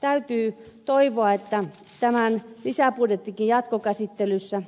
täytyy toivoa että tämän lisäbudjetinkin jatkokäsittelyssä